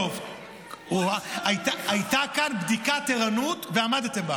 או-אה, הייתה כאן בדיקת ערנות, ועמדתם בה.